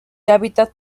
hábitat